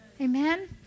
Amen